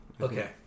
Okay